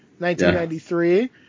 1993